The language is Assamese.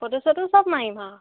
ফটো চটো সব মাৰিম আৰু